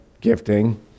gifting